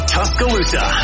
Tuscaloosa